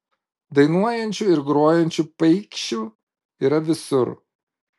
dainuojančių ir grojančių paikšių yra visur